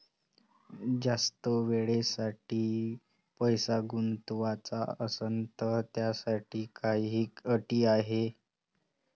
जास्त वेळेसाठी पैसा गुंतवाचा असनं त त्याच्यासाठी काही अटी हाय?